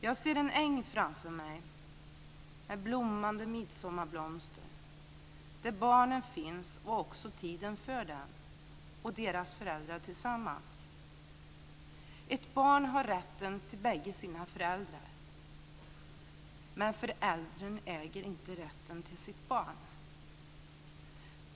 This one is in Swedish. Jag ser en äng framför mig med blommande midsommarblomster där barnen finns - och även tiden för dem - tillsammans med sina föräldrar. Ett barn har rätt till båda sina föräldrar, men föräldern äger inte rätten till sitt barn.